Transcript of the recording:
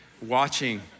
watching